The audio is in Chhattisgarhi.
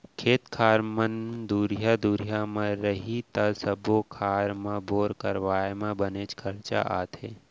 खेत खार मन दुरिहा दुरिहा म रही त सब्बो खार म बोर करवाए म बनेच खरचा आथे